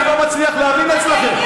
אני לא מצליח להבין אצלכם.